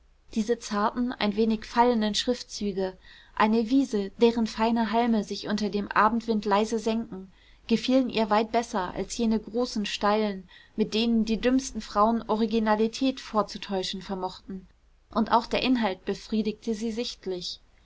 diese zarten ein wenig fallenden schriftzüge eine wiese deren feine halme sich unter dem abendwind leise senken gefielen ihr weit besser als jene großen steilen mit denen die dümmsten frauen originalität vorzutäuschen vermochten und auch der inhalt befriedigte sie sichtlich